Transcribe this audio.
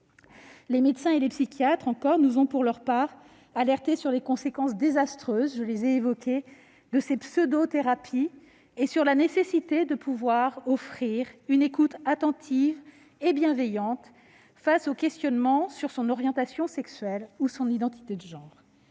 Les médecins et les psychiatres nous ont, pour leur part, alertés sur les conséquences désastreuses de ces pseudo-thérapies- je les ai déjà évoquées -, comme sur la nécessité d'offrir une écoute attentive et bienveillante face aux questionnements sur son orientation sexuelle ou son identité de genre.